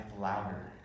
louder